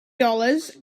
dollars